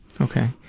Okay